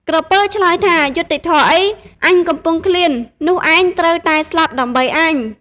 ក្រពើឆ្លើយថា យុត្តិធម៌អី អញកំពុងឃ្លាន នោះឯងត្រូវតែស្លាប់ដើម្បីអញ។